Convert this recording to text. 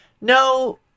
no